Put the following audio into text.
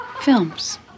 Films